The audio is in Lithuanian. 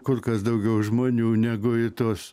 kur kas daugiau žmonių negu į tuos